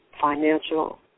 Financial